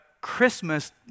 Christmas